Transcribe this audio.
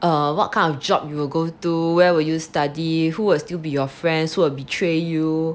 err what kind of job will go to where will you study who will still be your friends who would betray you